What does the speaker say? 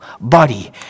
body